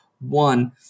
one